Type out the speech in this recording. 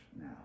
now